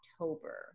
October